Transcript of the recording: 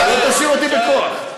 לא תשאירו אותי בכוח.